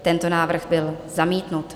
Tento návrh byl zamítnut.